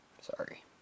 sorry